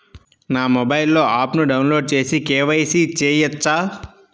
నా మొబైల్లో ఆప్ను డౌన్లోడ్ చేసి కే.వై.సి చేయచ్చా?